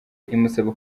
imusaba